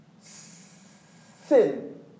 Sin